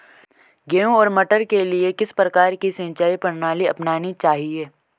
गेहूँ और मटर के लिए किस प्रकार की सिंचाई प्रणाली अपनानी चाहिये?